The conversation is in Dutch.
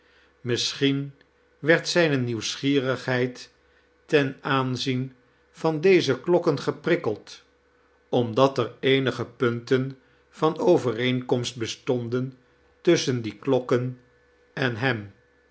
misschien werd zijne nieuwsgierigheid ten aanzien van deze klokken geprikkeld omdat er eenige punten van overeenkomst bestonden tuisschden die klokken en hem